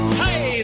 hey